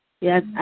Yes